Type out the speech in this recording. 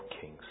Kings